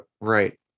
right